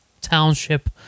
Township